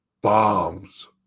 bombs